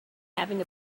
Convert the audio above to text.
having